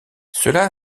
cela